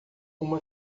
uma